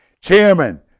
Chairman